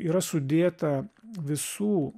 yra sudėta visų